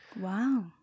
Wow